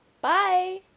Bye